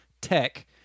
Tech